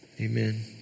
amen